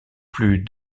plus